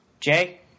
Jay